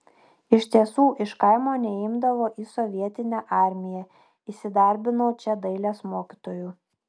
iš tiesų iš kaimo neimdavo į sovietinę armiją įsidarbinau čia dailės mokytoju